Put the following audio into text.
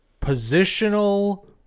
positional